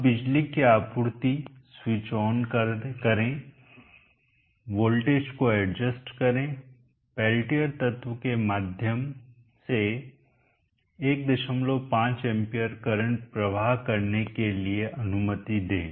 अब बिजली की आपूर्ति स्विच ओन करें वोल्टेज को एडजस्ट करें पेल्टियर तत्व के माध्यम 15 एम्पियर करंट प्रवाह करने के लिए अनुमति दें